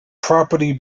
property